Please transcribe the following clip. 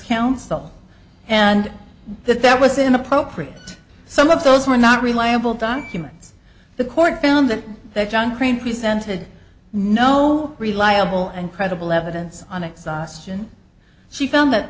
counsel and that that was inappropriate some of those were not reliable documents the court found that that john prine presented no reliable and credible evidence on exhaustion she found that